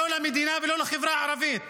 לא למדינה ולא לחברה הערבית.